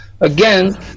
again